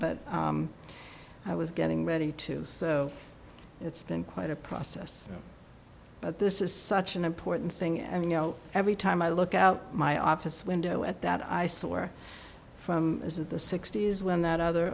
but i was getting ready to so it's been quite a process but this is such an important thing i mean you know every time i look out my office window at that eyesore from the sixty's when that other